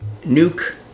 Nuke